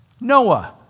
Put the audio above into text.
Noah